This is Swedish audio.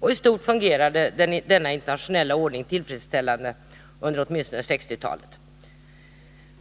och i stort fungerade dennainternationella ordning tillfredsställande under åtminstone 1960-talet.